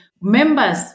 members